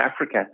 Africa